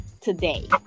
today